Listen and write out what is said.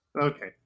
Okay